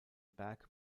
berg